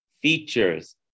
features